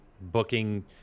booking